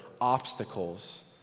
obstacles